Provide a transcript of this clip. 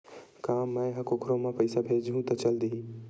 का मै ह कोखरो म पईसा भेजहु त चल देही?